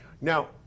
Now